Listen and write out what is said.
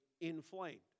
inflamed